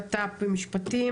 ביטחון פנים ומשפטים.